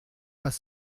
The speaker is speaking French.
pas